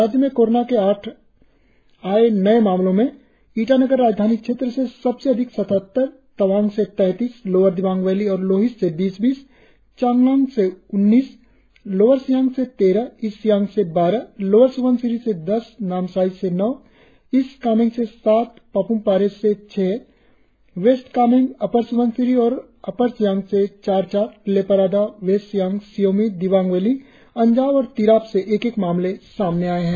राज्य में कोरोना के आए नए मामलों में ईटानगर राजधानी क्षेत्र से सबसे अधिक सतहत्तर तवांग से तैतीस लोअर दिबांग वैली और लोहित से बीस बीस चांगलांग से उन्नीस लोअर सियांग से तेरह ईस्ट सियांग से बारह लोअर स्बनसिरी से दस नामसाई से नौ ईस्ट कामेंग से सात पाप्मपारे से छह वेस्ट कामेंग अपर स्बनसिरी और अपर सियांग से चार चार लेपारादा वेस्ट सियांग शी योमी दिबांग वैली अंजाव और तिराप से एक एक मामले सामने आए हैं